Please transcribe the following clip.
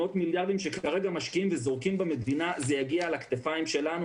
המאות מיליארדים שכרגע משקיעים וזורקים במדינה זה יגיע על הכתפיים שלנו,